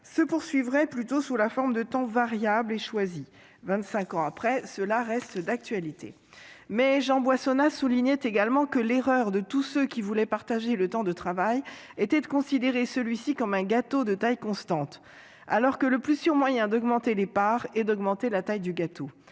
se poursuivrait plutôt sous la forme de temps variables et choisis. Vingt-cinq ans plus tard, cela reste d'actualité. Mais Jean Boissonnat soulignait également que l'erreur de tous ceux qui voulaient partager le temps de travail était de considérer celui-ci comme un gâteau de taille constante, alors que le meilleur moyen d'augmenter le nombre de parts est d'augmenter la taille du gâteau.